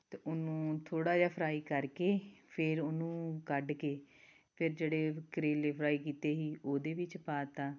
ਅਤੇ ਉਹਨੂੰ ਥੋੜ੍ਹਾ ਜਿਹਾ ਫਰਾਈ ਕਰਕੇ ਫਿਰ ਉਹਨੂੰ ਕੱਢ ਕੇ ਫਿਰ ਜਿਹੜੇ ਕਰੇਲੇ ਫਰਾਈ ਕੀਤੇ ਸੀ ਉਹਦੇ ਵਿੱਚ ਪਾ ਤਾ